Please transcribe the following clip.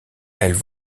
elles